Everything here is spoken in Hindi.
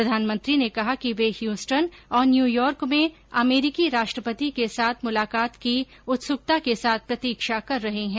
प्रधानमंत्री ने कहा कि वे ह्यूस्टन और न्यूयॉर्क में अमरीकी राष्ट्रपति के साथ मुलाकात की उत्सुकता के साथ प्रतीक्षा कर रहे हैं